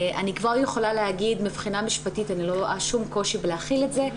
אני כבר יכולה להגיד שמבחינה משפטית אני לא רואה שום קושי להחיל את זה,